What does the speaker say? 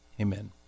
amen